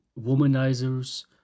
womanizers